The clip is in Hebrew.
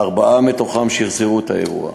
ארבעה מתוכם שחזרו את האירוע.